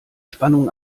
spannung